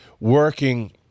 working